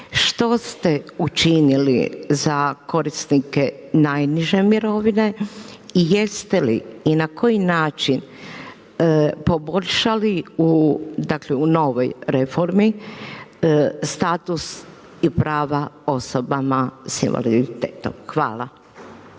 Što ste učinili za korisnike najniže mirovine? I jeste li i na koji način poboljšali, dakle u novoj reformi status i prava osobama s invaliditetom? Hvala.